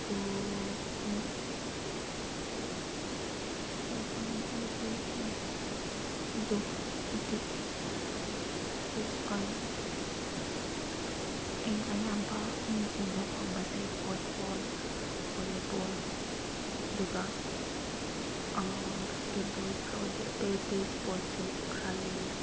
ꯑꯗꯣ ꯑꯩꯗꯤ ꯄꯤꯁ ꯑꯥꯔꯟ ꯑꯩꯅ ꯑꯌꯥꯝꯕ ꯑꯩꯅ ꯎꯕ ꯐꯪꯕꯁꯦ ꯐꯨꯠꯕꯣꯜ ꯚꯣꯂꯤꯕꯣꯜ ꯑꯗꯨꯒ ꯕꯥꯁꯀꯦꯠ ꯕꯣꯜ ꯑꯇꯩ ꯑꯇꯩ ꯏꯁꯄꯣꯔꯠꯁꯨ ꯈꯔꯂꯩꯌꯦ